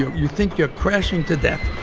you think you're crashing to death